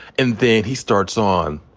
and then he starts on,